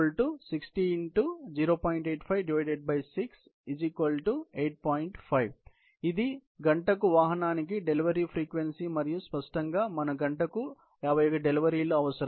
5 కాబట్టి ఇది గంటకు వాహనానికి డెలివరీ ఫ్రీక్వెన్సీ మరియు స్పష్టంగా మనకు గంటకు 51 డెలివరీలు అవసరం